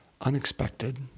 unexpected